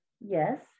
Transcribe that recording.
Yes